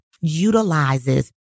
utilizes